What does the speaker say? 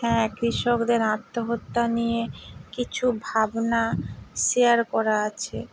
হ্যাঁ কৃষকদের আত্মহত্যা নিয়ে কিছু ভাবনা শেয়ার করা আছে